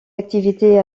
activités